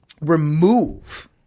remove